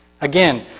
Again